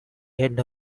end